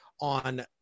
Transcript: on